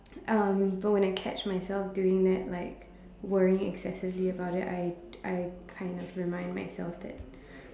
um so when I catch myself doing that like worrying excessively about it I I kind of remind myself that